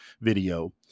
video